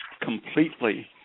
completely